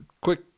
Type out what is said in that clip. quick